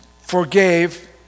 forgave